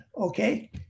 Okay